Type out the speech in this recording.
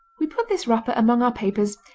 we put this wrapper among our papers,